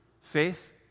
faith